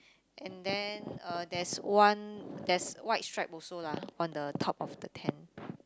and then uh there's one there's white stripe also lah on the top of the tent